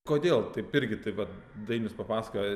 kodėl taip irgi taip vat dainius papasakojo